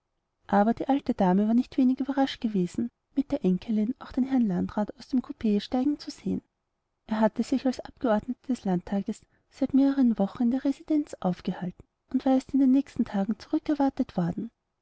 aber die alte dame war nicht wenig überrascht gewesen mit der enkelin auch den herrn landrat aus dem coup steigen zu sehen er hatte sich als abgeordneter des landtages seit mehreren wochen in der residenz aufgehalten und war erst in den nächsten tagen zurückerwartet worden